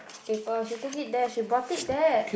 paper she took it there she brought it there